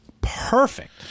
perfect